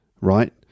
right